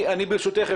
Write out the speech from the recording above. ברשותך,